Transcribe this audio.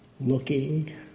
Looking